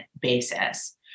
basis